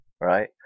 Right